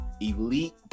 elite